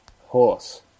horse